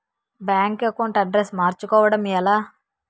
Bank account address మార్చుకోవడం ఎలా?